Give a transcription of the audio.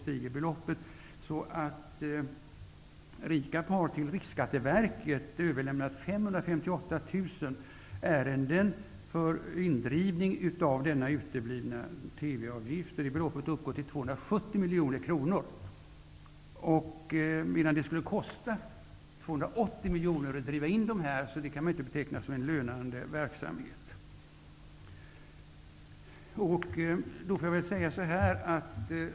När dessa sedan fortsätter att vägra, stiger beloppet. RIKAB har alltså till Beloppet uppgår till 270 miljoner kronor. Det skulle kosta 280 miljoner kronor att driva in de 270 miljoner kronorna, så det kan ju inte betecknas som en lönande verksamhet.